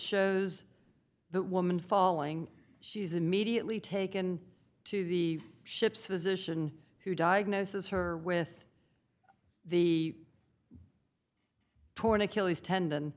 shows the woman falling she's immediately taken to the ship's physicians who diagnosis her with the torn achilles tendon